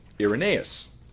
Irenaeus